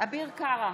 אביר קארה,